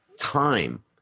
time